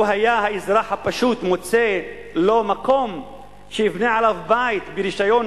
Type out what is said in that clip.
לו היה האזרח הפשוט מוצא לו מקום שיבנה עליו בית ברשיון,